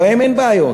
להם אין בעיות,